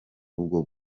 bwo